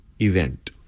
event